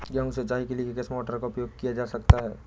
गेहूँ सिंचाई के लिए किस मोटर का उपयोग किया जा सकता है?